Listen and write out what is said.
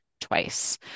twice